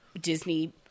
Disney